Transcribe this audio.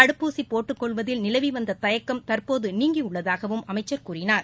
தடுப்பூசி போட்டுக்கொள்வதில் நிலவி வந்த தயக்கம் தற்போது நீங்கியுள்ளதாகவும் அமைச்சர் கூறினார்